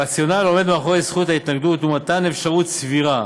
הרציונל העומד מאחורי זכות ההתנגדות הוא מתן אפשרות סבירה